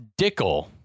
Dickel